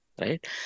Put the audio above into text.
right